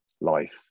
life